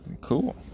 Cool